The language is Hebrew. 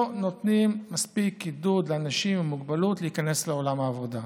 לא נותנים מספיק עידוד לאנשים עם מוגבלות להיכנס לעולם העבודה.